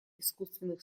искусственных